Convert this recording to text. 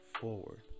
Forward